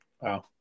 Wow